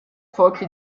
folgte